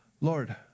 Lord